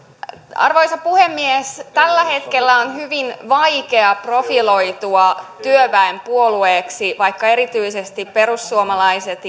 arvoisa puhemies tällä hetkellä on hyvin vaikea profiloitua työväenpuolueeksi vaikka erityisesti perussuomalaiset